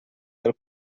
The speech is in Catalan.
del